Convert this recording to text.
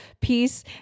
piece